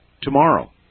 tomorrow